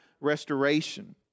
restoration